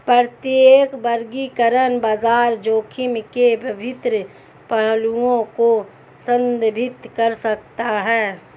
प्रत्येक वर्गीकरण बाजार जोखिम के विभिन्न पहलुओं को संदर्भित कर सकता है